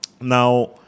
Now